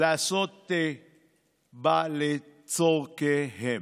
לעשות בה לצורכיהם.